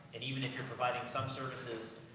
and even if you're providing some services,